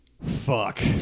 fuck